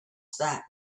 that